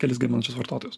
kelis gaminančius vartotojus